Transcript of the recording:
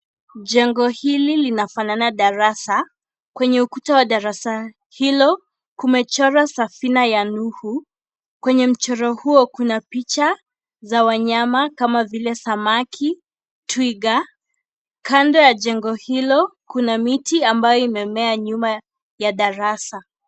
Jengo hili linafanana darasa, kwenye ukuta ya darasa hilo kumechorwa safina ya nuhu, kwenye mchoro huo kuna picha za wanyama kama vile samaki, twiga, kando ya jengo hilo kuna miti ambayo imemea nyuma ya darasa.